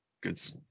good